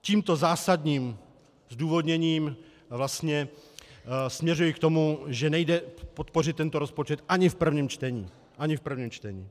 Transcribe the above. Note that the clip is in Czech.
Tímto zásadním zdůvodněním vlastně směřuji k tomu, že nejde podpořit tento rozpočet ani v prvním čtení.